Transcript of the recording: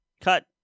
Cut